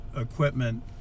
equipment